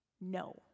No